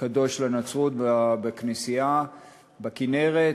קדוש לנצרות בכנסייה בכינרת,